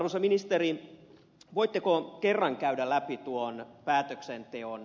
arvoisa ministeri voitteko kerran käydä läpi tuon päätöksenteon